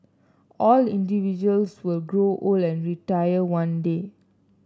all individuals will grow old and retire one day